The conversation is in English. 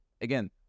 again